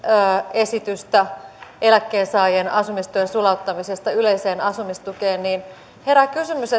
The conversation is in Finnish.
esitystä eläkkeensaajien asumistuen sulauttamisesta yleiseen asumistukeen niin herää kysymys